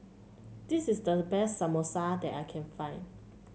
this is the best Samosa that I can find